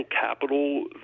capital